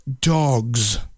dogs